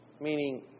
Meaning